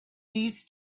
these